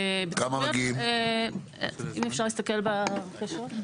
אם נוריד את האגרה,